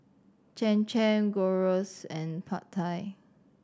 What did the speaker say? Cham Cham Gyros and Pad Thai